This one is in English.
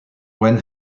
when